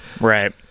Right